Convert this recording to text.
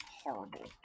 horrible